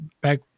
back